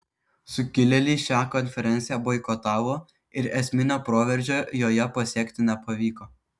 sukilėliai šią konferenciją boikotavo ir esminio proveržio joje pasiekti nepavyko